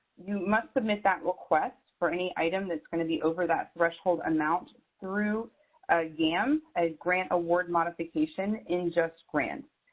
you must submit that request for any item that's going to be over that threshold amount, through a gam, a grant award modification in justgrants.